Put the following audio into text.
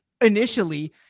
Initially